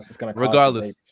Regardless